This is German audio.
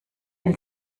wenn